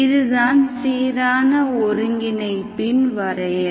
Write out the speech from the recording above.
இதுதான் சீரான ஒருங்கிணைப்பின் வரையறை